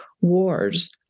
wars